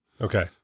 Okay